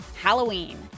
Halloween